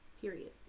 period